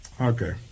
okay